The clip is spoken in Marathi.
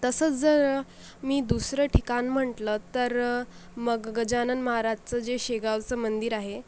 तसंच जर मी दुसरं ठिकाण म्हटलं तर मग गजानन महाराजचं जे शेगावचं मंदिर आहे